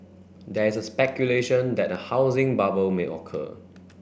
there is a speculation that a housing bubble may occur